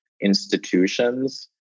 institutions